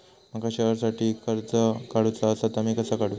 माका शेअरसाठी कर्ज काढूचा असा ता मी कसा काढू?